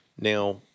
Now